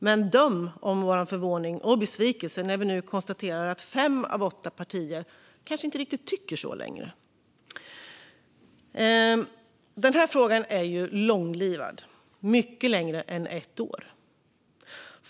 Men döm om vår förvåning och besvikelse när vi nu konstaterar att fem av åtta partier kanske inte riktigt tycker så längre. Den här frågan är långlivad och har diskuterats mycket längre än ett år.